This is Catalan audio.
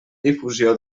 difusió